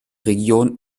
region